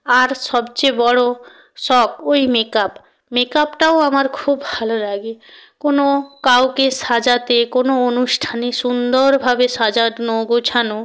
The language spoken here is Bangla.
আর সবচেয়ে বড়ো শখ ওই মেকআপ মেকআপটাও আমার খুব ভালো লাগে কোনো কাওকে সাজাতে কোনো অনুষ্ঠানে সুন্দরভাবে সাজানো গোছানো